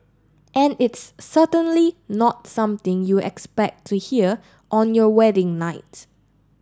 and it's certainly not something you expect to hear on your wedding night